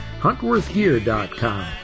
Huntworthgear.com